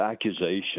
accusation